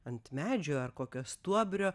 ant medžių ar kokio stuobrio